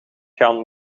gaan